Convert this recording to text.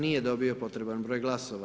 Nije dobio potreban broj glasova.